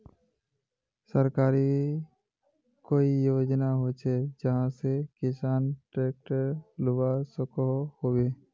सरकारी कोई योजना होचे जहा से किसान ट्रैक्टर लुबा सकोहो होबे?